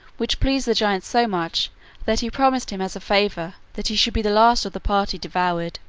which pleased the giant so much that he promised him as a favor that he should be the last of the party devoured.